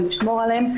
לשמור עליהם,